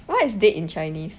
what is date in chinese